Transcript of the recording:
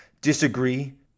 disagree